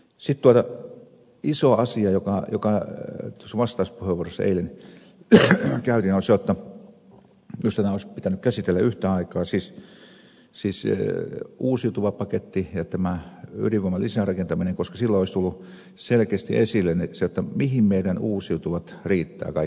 sitten iso asia joka noissa vastauspuheenvuoroissa eilen käytiin on se jotta minusta nämä olisi pitänyt käsitellä yhtä aikaa siis uusiutuva paketti ja tämä ydinvoiman lisärakentaminen koska silloin olisi tullut selkeästi esille se mihin meidän uusiutuvat riittävät kaiken kaikkiaan